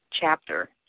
chapter